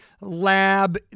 lab